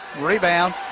Rebound